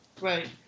Right